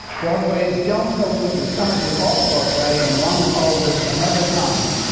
broadway's joan copeland is currently off broadway in ronald harwood's another time.